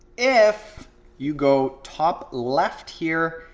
if you go top left, here,